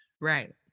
Right